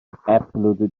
absolutely